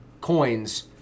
coins